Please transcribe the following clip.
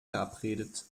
verabredet